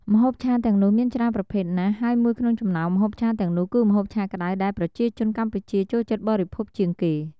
ម្ហូបឆាទាំងនោះមានច្រើនប្រភេទណាស់ហើយមួយក្នុងចំណោមម្ហូបឆាទាំងនោះគឺម្ហូបឆាក្តៅដែលប្រជាជនកម្ពុជាចូលចិត្តបរិភោគជាងគេ។